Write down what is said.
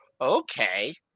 okay